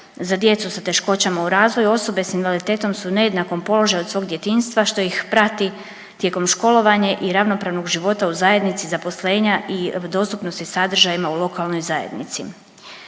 za djecu sa teškoćama u razvoju osobe s invaliditetom su nejednakom položaju od svog djetinjstva što ih prati tijekom školovanja i ravnopravnog života u zajednici zaposlenja i dostupnosti sadržajima u lokalnoj zajednici.